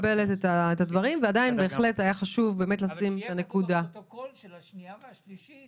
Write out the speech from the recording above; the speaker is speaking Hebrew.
אבל שיהיה כתוב לפרוטוקול שלקראת השנייה והשלישית